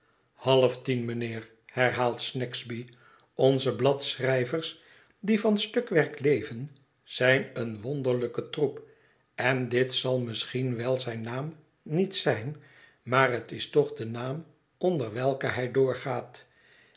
half tien mijnheer herhaalt snagsby onze bladschrijvers die van stukwerk leven zijn een wonderlijke troep en dit zal misschien welzijn naam niet zijn maar het is toch de naam onder welken hij doorgaat